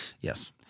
Yes